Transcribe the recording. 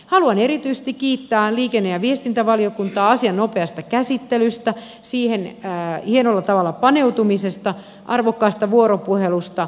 haluan erityisesti kiittää liikenne ja viestintävaliokuntaa asian nopeasta käsittelystä siihen hienolla tavalla paneutumisesta arvokkaasta vuoropuhelusta